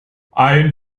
ein